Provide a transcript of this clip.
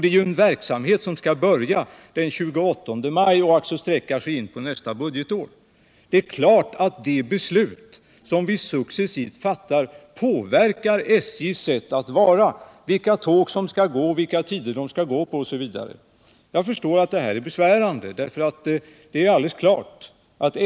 Det rör ju en verksamhet som skall börja den 28 maj och alltså sträcka sig in på nästa budgetår, och det är klart att de beslut som vi successivt fattar påverkar SJ:s sätt att vara, vilka tåg som skall gå, vilka tider de skall gå på, osv. Jag förstår att det här känns besvärande.